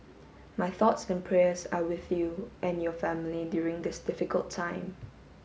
my thoughts and prayers are with you and your family during this difficult time